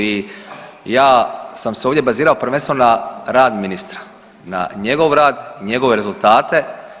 I ja sam se ovdje bazirao prvenstveno na rad ministra na njegov rad, njegove rezultate.